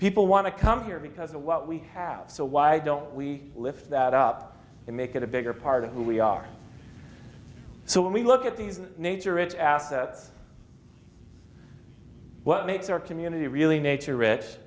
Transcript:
people want to come here because the what we have so why don't we lift that up and make it a bigger part of who we are so when we look at these nature it after what makes our community really nature